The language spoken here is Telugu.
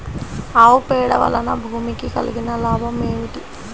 ఆవు పేడ వలన భూమికి కలిగిన లాభం ఏమిటి?